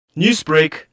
Newsbreak